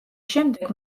შემდეგ